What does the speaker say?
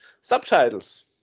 subtitles